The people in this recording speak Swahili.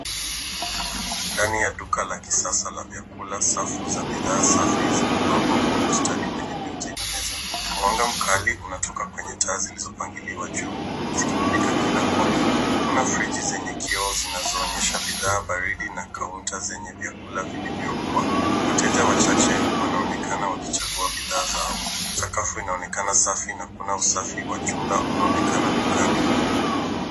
Ndani ya duka la kisasa la vyakula safu za bidhaa safi zimepangwa kwa ustadi kwenye viunzi na meza. Mwanga kali unatoka kwenye taazilizopangiliwa juu zikimulika kila kona. Kuna friji zenye kioo zinazoonyesha bidhaa baridi na kaunta zenye vyakula vilivyookwa. Wateja wachache wanaonekana wakichagua bidhaa zao. Sakafu inaonekana safi na kuna usafi wa jumla unaoonekana dukani.